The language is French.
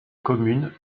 commune